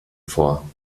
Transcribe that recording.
vor